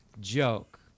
Joke